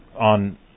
On